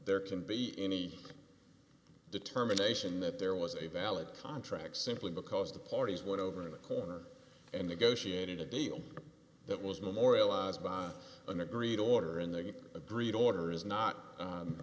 there can be any determination that there was a valid contract simply because the parties went over in a corner and negotiated a deal that was memorialized by an agreed order and they agreed order is not